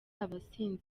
abanzi